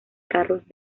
carros